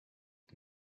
and